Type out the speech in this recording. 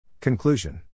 Conclusion